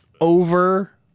Over